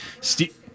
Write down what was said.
steve